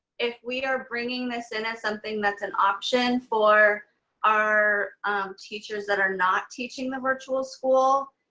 if we are bringing this in as something that's an option for our teachers that are not teaching the virtual school,